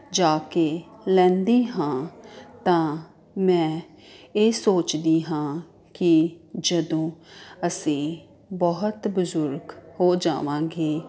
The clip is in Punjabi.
ਜਾ ਕੇ ਲੈਂਦੀ ਹਾਂ ਤਾਂ ਮੈਂ ਇਹ ਸੋਚਦੀ ਹਾਂ ਕਿ ਜਦੋਂ ਅਸੀਂ ਬਹੁਤ ਬਜ਼ੁਰਗ ਹੋ ਜਾਵਾਂਗੇ